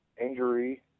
injury